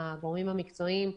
הגורמים המקצועיים,